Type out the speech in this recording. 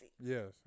Yes